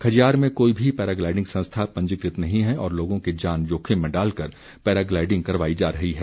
खजियार में कोई भी पैराग्लाइडिंग संस्था पंजीकृत नहीं है और लोगों की जान जोखिम में डालकर पैराग्लाइडिंग करवाई जा रही है